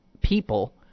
people